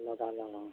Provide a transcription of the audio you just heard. লগা লগ অঁ